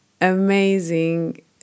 amazing